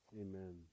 Amen